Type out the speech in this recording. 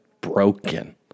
broken